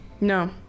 No